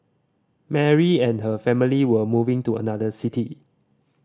Mary and her family were moving to another city